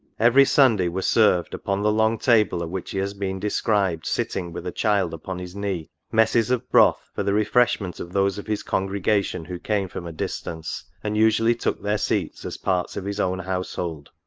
every sunday, were served, upon the long table, at which he has been described sitting with a child upon his knee, messes of broth, for the refreshment of those of his congregation who came from a distance, and usually took their seats as parts of his own household.